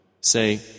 Say